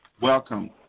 welcome